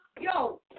yo